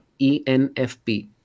ENFP